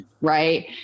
Right